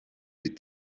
des